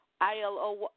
ILO